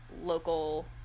local